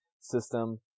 system